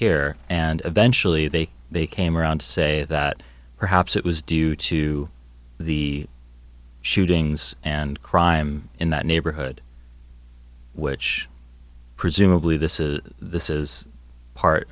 here and eventually they they came around to say that perhaps it was due to the shootings and crime in that neighborhood which presumably this is this is part